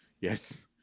Yes